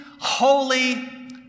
holy